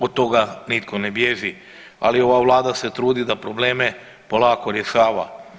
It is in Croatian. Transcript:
Od toga nitko ne bježi, ali ova vlada se trudi da probleme polako rješava.